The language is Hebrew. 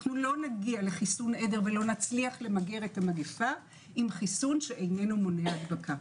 לא נגיע לחיסון עדר ולא נצליח למגר את המגפה עם חיסון שאינו מונע הדבקה.